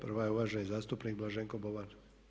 Prva je uvaženi zastupnik Blaženko Boban.